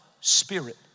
spirit